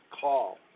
call